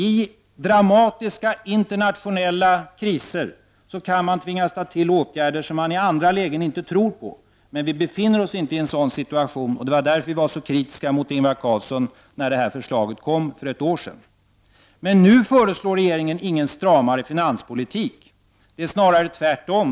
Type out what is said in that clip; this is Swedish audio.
I dramatiska internationella kriser kan man tvingas vidta åtgärder som man i andra lägen inte tror på. Men vi befinner oss inte i en sådan situation, och det var därför vi var så kritiska mot Ingvar Carlsson när detta förslag framfördes för ett år sedan. Nu föreslår regeringen ingen stramare finanspolitik — snarare tvärtom.